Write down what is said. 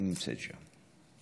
היא נמצאת שם,